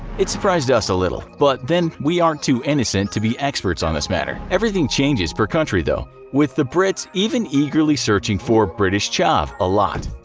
it's surprised us a little, but then we are too innocent to be experts on this matter. everything changes per country though, with the brits even eagerly searching for british chav a lot,